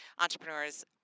entrepreneurs